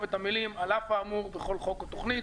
את המילים "על אף האמור בכל חוק או תוכנית".